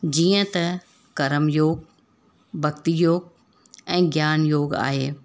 जीअं त कर्म योगु भक्ति योगु ऐं ज्ञान योगु आहे